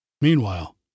Meanwhile